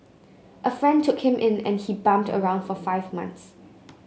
a friend took him in and he bummed around for five months